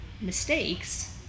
mistakes